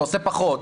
אתה עושה פחות',